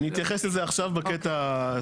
אני אתייחס לזה עכשיו בקטע הספציפי.